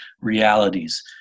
realities